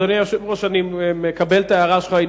אדוני היושב-ראש, אני מקבל את ההערה שלך.